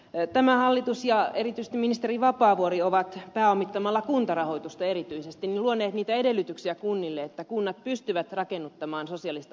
tämä hallitus ja erityisesti ministeri vapaavuori ovat erityisesti pääomittamalla kuntarahoitusta luoneet niitä edellytyksiä kunnille että kunnat pystyvät rakennuttamaan sosiaalista asuntotuotantoa